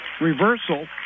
reversal